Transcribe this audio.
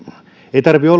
ei tarvitse